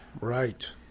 Right